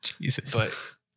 Jesus